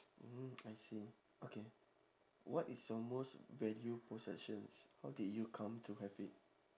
mm I see okay what is your most value possessions how did you come to have it